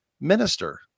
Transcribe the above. minister